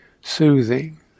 soothing